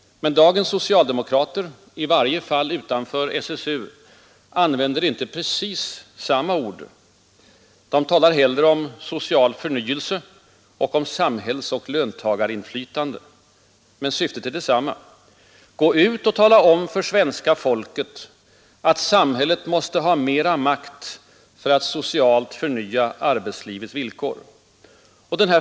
Men dagens socialdemokrater — i varje fall utanför SSU — använder inte precis samma ord. De talar hellre om social förnyelse och om samhällsoch löntagarinflytande. Men syftet är detsamma: Gå ut och tala om för svenska folket att samhället måste ha mera makt för att socialt förnya arbetslivets villkor.